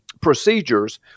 procedures